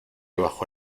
bajo